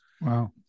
Wow